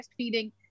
breastfeeding